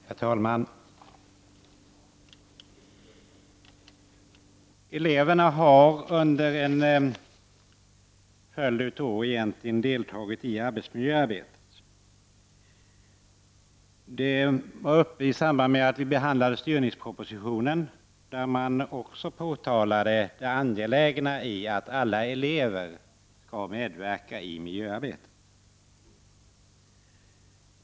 Herr talman! Eleverna har under en följd av år deltagit i arbetsmiljöarbetet. Frågan var uppe i samband med att vi behandlade styrningspropositionen. Då framhölls det angelägna i att alla elever skall medverka i miljöarbetet.